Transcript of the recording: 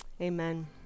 amen